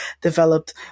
developed